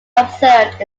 observed